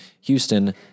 Houston